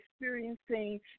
experiencing